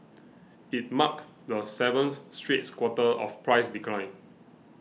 it marked the seventh straight quarter of price decline